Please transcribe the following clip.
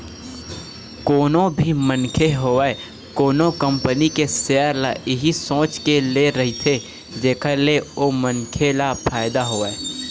कोनो भी मनखे होवय कोनो कंपनी के सेयर ल इही सोच के ले रहिथे जेखर ले ओ मनखे ल फायदा होवय